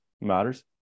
matters